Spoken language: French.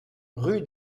rue